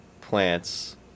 plants